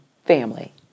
family